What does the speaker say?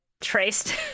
traced